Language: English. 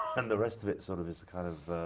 and rest of it sort of is kind of